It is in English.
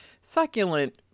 succulent